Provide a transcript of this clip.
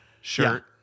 shirt